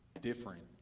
different